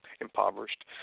impoverished